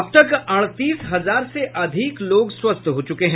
अब तक अड़तीस हजार से अधिक लोग स्वस्थ हो चुके हैं